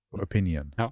opinion